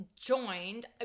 joined